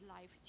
life